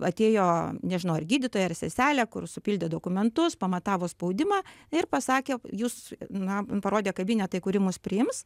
atėjo nežinau ar gydytoja ir seselė kur supildė dokumentus pamatavo spaudimą ir pasakė jus na parodė kabinetą į kurį mus priims